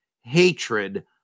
hatred